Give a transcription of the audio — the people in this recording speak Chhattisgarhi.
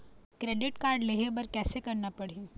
क्रेडिट कारड लेहे बर कैसे करना पड़ही?